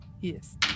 Yes